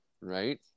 Right